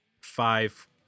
five